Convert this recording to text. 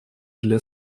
для